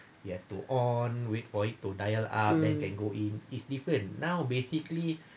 hmm